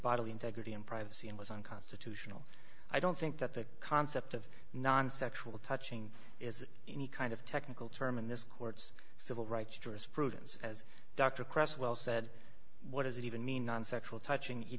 bodily integrity and privacy and was unconstitutional i don't think that the concept of non sexual touching is any kind of technical term in this court's civil rights jurisprudence as dr cresswell said what does it even mean non sexual touching